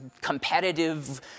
competitive